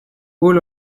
all